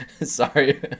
sorry